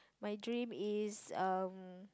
my dream is um